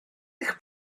eich